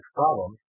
problems